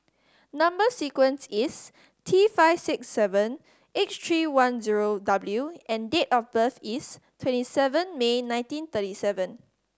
number sequence is T five six seven eight three one zero W and date of birth is twenty seven May nineteen thirty seven